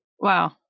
Wow